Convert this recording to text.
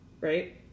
Right